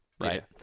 right